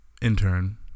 Intern